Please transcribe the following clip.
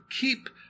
keep